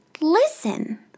listen